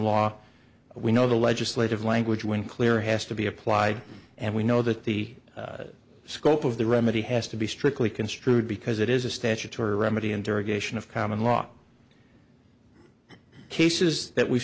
law we know the legislative language when clear has to be applied and we know that the scope of the remedy has to be strictly construed because it is a statutory remedy interrogation of common law cases that we